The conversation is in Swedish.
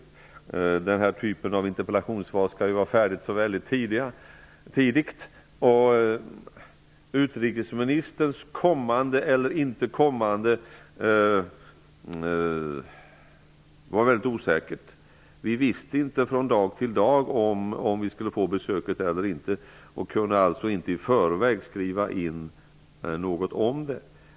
Sådana här interpellationssvar skall ju vara färdiga mycket tidigt, och utrikesministerns kommande eller inte kommande var mycket osäkert. Vi visste inte från dag till dag om vi skulle få besöket eller inte och kunde alltså inte i förväg skriva in något om det.